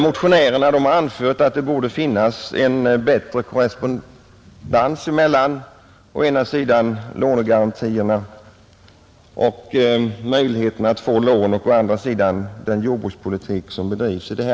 Motionärerna har anfört att det borde råda bättre korrespondens mellan å ena sidan lånegarantierna och möjligheterna att få lån samt å andra sidan den jordbrukspolitik som bedrivs här i landet.